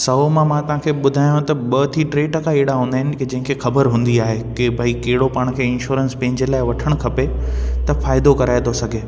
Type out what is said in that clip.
सौ मां मां तव्हांखे ॿुधायां त ॿ थी टे टका एड़ा हूंदा आहिनि की कंहिंखे ख़बर हूंदी आहे की भई कहिड़ो पाण खे इंश्योरेंस पंहिंजे लाइ वठण खपे त फ़ाइदो कराए थो सघे